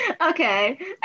okay